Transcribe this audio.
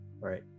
right